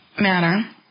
manner